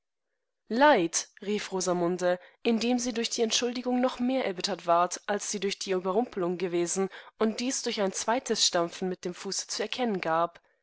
rief rosamunde indem sie durch die entschuldigung noch mehr erbittert ward als sie durch die überrumpelung gewesen und dies durch ein zweites stampfen mitdemfußezuerkennengab